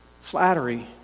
flattery